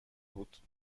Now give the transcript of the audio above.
بود